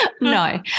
No